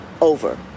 over